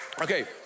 Okay